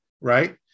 right